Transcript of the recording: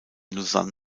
lausanne